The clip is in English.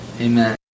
amen